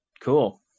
Cool